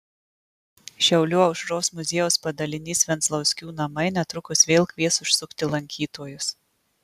šiaulių aušros muziejaus padalinys venclauskių namai netrukus vėl kvies užsukti lankytojus